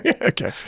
Okay